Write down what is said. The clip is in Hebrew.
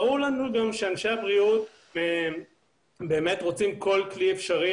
גם ברור לנו שאנשי הבריאות באמת רוצים כל כלי אפשרי,